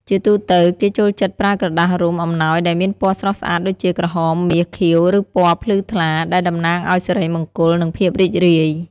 ជាទូទៅ គេចូលចិត្តប្រើក្រដាសរុំអំណោយដែលមានពណ៌ស្រស់ស្អាតដូចជា ក្រហម មាស ខៀវ ឬពណ៌ភ្លឺថ្លា ដែលតំណាងឲ្យសិរីមង្គល និងភាពរីករាយ។